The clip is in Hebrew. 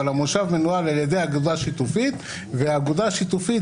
אבל המושב מנוהל על ידי אגודה שיתופית והאגודה השיתופית